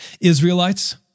Israelites